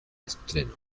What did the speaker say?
estreno